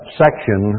section